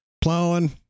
plowing